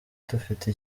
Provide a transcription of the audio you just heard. dufite